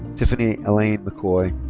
tiffany alane mckoy.